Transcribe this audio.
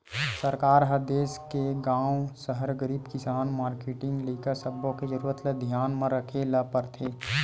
सरकार ह देस के गाँव, सहर, गरीब, किसान, मारकेटिंग, लइका सब्बो के जरूरत ल धियान म राखे ल परथे